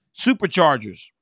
superchargers